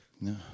No